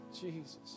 Jesus